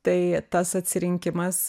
tai tas atsirinkimas